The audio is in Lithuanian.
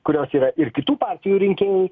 kurios yra ir kitų partijų rinkėjai